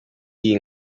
iyi